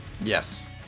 Yes